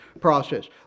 process